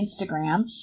Instagram